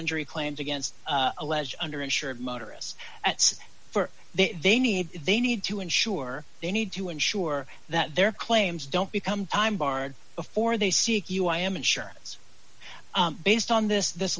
injury claims against alleged under insured motorists at for they need they need to ensure they need to ensure that their claims don't become time barred before they seek you i am insurance based on this this